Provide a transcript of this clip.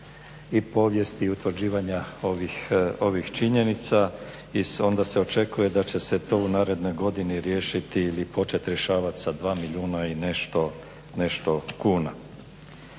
i povijesti i utvrđivanja ovih činjenica i onda se očekuje da će se to u narednoj godini riješiti ili počet rješavati sa dva milijuna i nešto kuna.